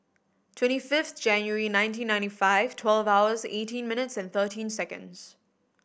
twenty fifth January nineteen ninety five twelve hours eighteen minutes and thirteen seconds